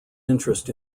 interest